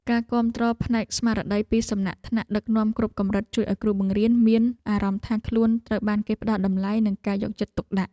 ការគាំទ្រផ្នែកស្មារតីពីសំណាក់ថ្នាក់ដឹកនាំគ្រប់កម្រិតជួយឱ្យគ្រូបង្រៀនមានអារម្មណ៍ថាខ្លួនត្រូវបានគេផ្តល់តម្លៃនិងការយកចិត្តទុកដាក់។